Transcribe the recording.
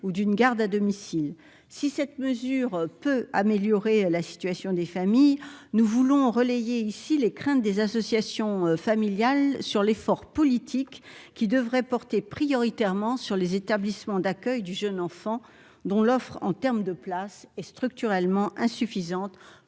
ou d'une garde à domicile, si cette mesure peut améliorer la situation des familles nous voulons relayé ici les craintes des associations familiales sur l'effort politique qui devrait porter prioritairement sur les établissements d'accueil du jeune enfant dont l'offre en terme de place est structurellement insuffisante